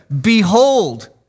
Behold